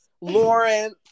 Lawrence